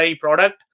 product